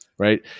right